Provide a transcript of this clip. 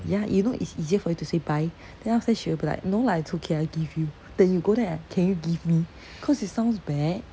ya you know it's easier for you to say buy then after that she will be like no lah it's okay I give you than you go there and can you give me cause it sounds bad